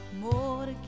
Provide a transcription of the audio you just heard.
more